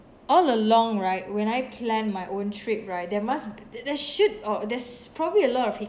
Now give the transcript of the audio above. all along right when I plan my own trip right there must th~ th~ there should or there's probably a lot of